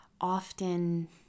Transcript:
often